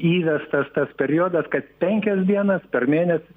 įvestas tas periodas kad penkias dienas per mėnesį